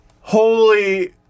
Holy